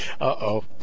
Uh-oh